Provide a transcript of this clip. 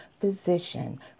physician